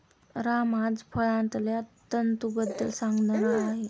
राम आज फळांतल्या तंतूंबद्दल सांगणार आहे